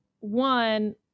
One